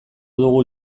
dugu